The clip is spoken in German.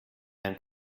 dann